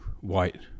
white